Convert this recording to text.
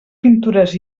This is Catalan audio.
pintures